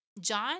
John